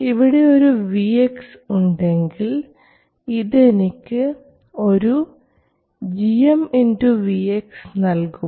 ഇവിടെ ഒരു Vx ഉണ്ടെങ്കിൽ ഇത് എനിക്ക് ഒരു gmVx നൽകും